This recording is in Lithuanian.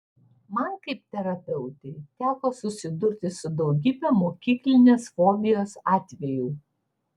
man kaip terapeutei teko susidurti su daugybe mokyklinės fobijos atvejų